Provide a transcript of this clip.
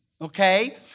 okay